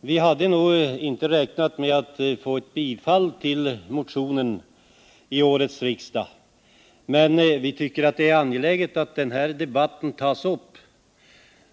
Vi hade inte räknat med ett bifall till motionen vid årets riksmöte. Men vi tycker att det är angeläget att den här debatten tas upp.